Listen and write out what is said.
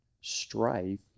strife